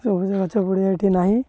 ସବୁଜ ଗଛଗୁଡ଼ିଏ ଏଇଠି ନାଁ